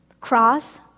cross